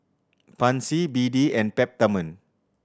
Pansy B D and Peptamen